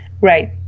Right